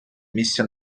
місця